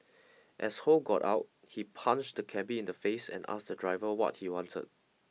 as Ho got out he punched the cabby in the face and asked the driver what he wanted